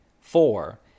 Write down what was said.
Four